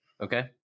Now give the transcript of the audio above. Okay